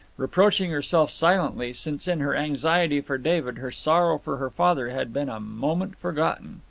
reproaching herself silently, since in her anxiety for david her sorrow for her father had been a moment forgotten.